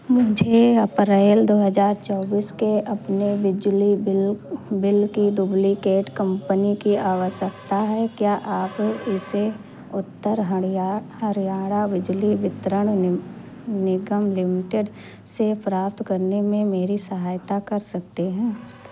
मुझे अप्रैल दो हज़ार चौबीस के अपने बिजली बिल बिल की डुप्लिकेट कम्पनी की आवश्यकता है क्या आप इसे उत्तर हरिया हरियाणा बिजली वितरण नि निगम लिमिटेड से प्राप्त करने में मेरी सहायता कर सकते हैं